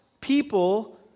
people